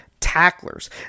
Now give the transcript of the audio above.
tacklers